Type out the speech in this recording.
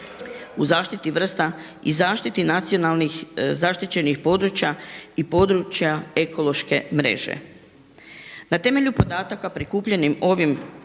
u zaštiti vrsta i zaštiti nacionalnih zaštićenih područja i područja ekološke mreže. Na temelju podataka prikupljeni ovim terenskim